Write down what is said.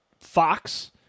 Fox